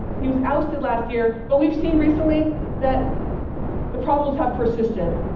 he was ousted last year, but we've seen recently that the problems have persisted.